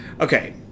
Okay